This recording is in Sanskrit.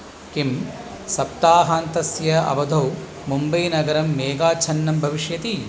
किं सप्ताहान्तस्य अवधौ मुम्बै नगरं मेगाच्छन्नं भविष्यति